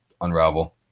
unravel